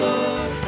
Lord